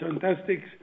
fantastic